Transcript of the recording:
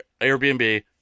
Airbnb